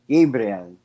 Gabriel